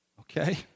Okay